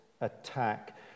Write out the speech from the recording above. attack